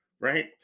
right